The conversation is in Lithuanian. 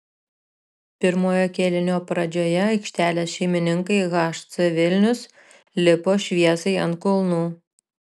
pirmojo kėlinio pradžioje aikštelės šeimininkai hc vilnius lipo šviesai ant kulnų